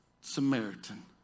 Samaritan